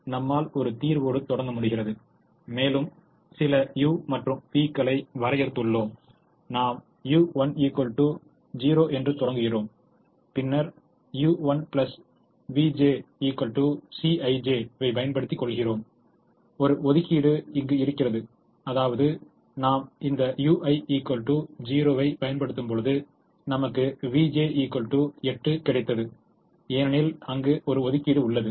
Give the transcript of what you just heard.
எனவே நம்மால் ஒரு தீர்வோடு தொடங்க முடிகிறது மேலும் சில u மற்றும் v களை வரையறுத்துள்ளோம் நாம் ui 0 என்று தொடங்குகிறோம் பின்னர் ui vj Cij வை பயன்படுத்திக் கொள்கிறோம் ஒரு ஒதுக்கீடு இங்கு இருக்கிறது அதாவது நாம் இந்த u1 0 ஐப் பயன்படுத்துபொழுது நமக்கு v1 8 கிடைத்தது ஏனெனில் அங்கு ஒரு ஒதுக்கீடு உள்ளது